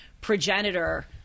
progenitor